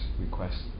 request